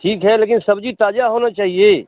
ठीक है लेकिन सब्ज़ी ताज़ा होना चाहिए